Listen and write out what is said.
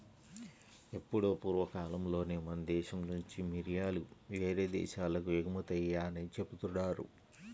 ఎప్పుడో పూర్వకాలంలోనే మన దేశం నుంచి మిరియాలు యేరే దేశాలకు ఎగుమతయ్యాయని జెబుతున్నారు